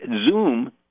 Zoom